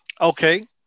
Okay